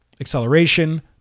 acceleration